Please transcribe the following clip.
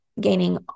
gaining